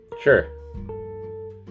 Sure